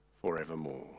forevermore